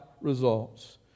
results